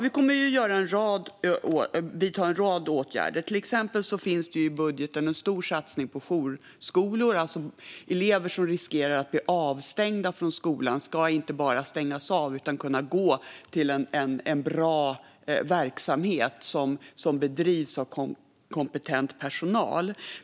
Vi kommer att vidta en rad åtgärder. Till exempel finns det i budgeten en stor satsning på jourskolor. Elever som riskerar att bli avstängda från skolan ska inte bara stängas av utan kunna gå till en bra verksamhet som bedrivs av kompetent personal.